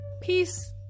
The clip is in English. Peace